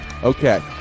Okay